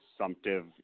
assumptive